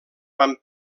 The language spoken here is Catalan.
van